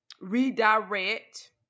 redirect